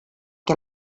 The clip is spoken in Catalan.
què